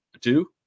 two